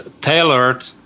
tailored